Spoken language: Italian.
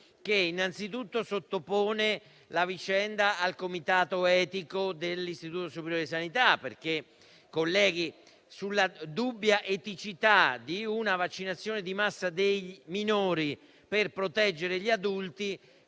che sottopone la vicenda al comitato etico dell'Istituto superiore di sanità. Infatti, sulla dubbia eticità di una vaccinazione di massa dei minori per proteggere gli adulti,